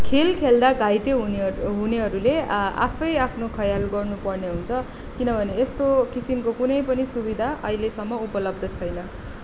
खेल खेल्दा घाइते हुनेहरू हुनेहरूले आफै आफ्नो ख्याल गर्नु पर्ने हुन्छ किनभने यस्तो किसिमको कुनै पनि सुविधा अहिलेसम्म उपलब्ध छैन